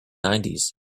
nineties